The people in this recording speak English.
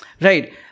right